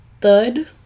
Thud